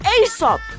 Aesop